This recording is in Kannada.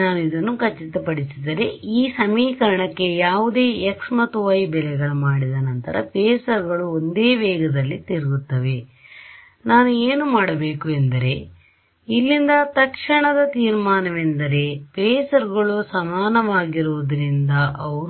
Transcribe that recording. ನಾನು ಇದನ್ನು ಖಚಿತಪಡಿಸಿದರೆ ಈ ಸಮೀಕರಣಕ್ಕೆ ಯಾವುದೇ x ಮತ್ತು y ಬೆಲೆಗೆ ಮಾಡಿದ ನಂತರ ಪೇಸರ್ ಗಳು ಒಂದೇ ವೇಗದಲ್ಲಿ ತಿರುಗುತ್ತವೆ ನಾನು ಏನು ಮಾಡಬೇಕು ಎಂದರೆ ಇಲ್ಲಿಂದ ತಕ್ಷಣದ ತೀರ್ಮಾನವೆಂದರೆ ಫೇಸರ್ಗಳು ಸಮಾನವಾಗಿರುವುದರಿಂದ ಅವು